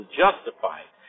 justified